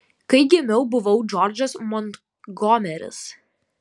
kai gimiau buvau džordžas montgomeris